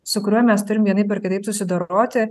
su kuriuo mes turim vienaip ar kitaip susidoroti